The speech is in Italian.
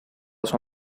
sua